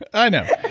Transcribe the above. i know.